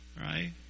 right